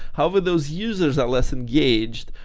however those users are less engaged,